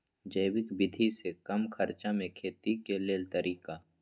जैविक विधि से कम खर्चा में खेती के लेल तरीका?